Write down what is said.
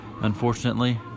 unfortunately